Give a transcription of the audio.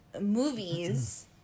movies